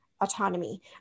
autonomy